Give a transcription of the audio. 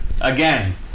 again